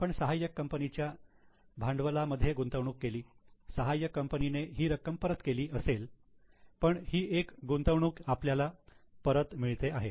आपण सहाय्यक कंपनीच्या भांडवलामध्ये गुंतवणूक केली सहाय्यक कंपनीने ही रक्कम परत केली असेल पण ही एक गुंतवणूक आपल्याला परत मिळते आहे